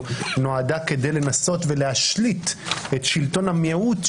נועדו כדי לנסות ולהשליט את שלטון המיעוט,